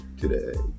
today